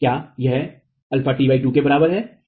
विद्यार्थी क्या यह αt 2 के बराबर है